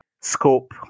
scope